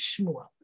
Shmuel